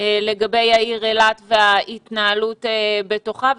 לגבי העיר אילת וההתנהלות בתוכה,